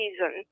season